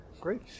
great